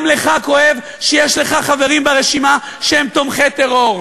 גם לך כואב שיש לך חברים ברשימה שהם תומכי טרור.